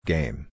Game